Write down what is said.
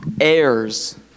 Heirs